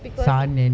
because